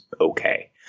okay